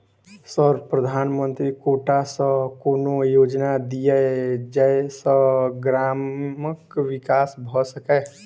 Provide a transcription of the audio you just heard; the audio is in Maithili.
सर प्रधानमंत्री कोटा सऽ कोनो योजना दिय जै सऽ ग्रामक विकास भऽ सकै?